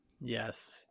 Yes